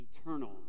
eternal